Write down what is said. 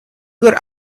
good